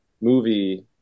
movie